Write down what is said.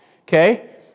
okay